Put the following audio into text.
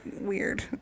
weird